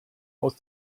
aus